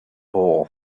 hole